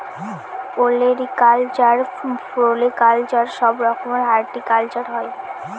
olericulture, floriculture সব রকমের horticulture হয়